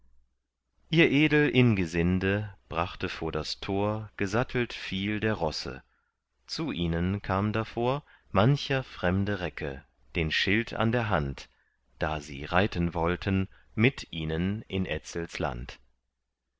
ihr edel ingesinde brachte vor das tor gesattelt viel der rosse zu ihnen kam davor mancher fremde recke den schild an der hand da sie reiten wollten mit ihnen in etzels land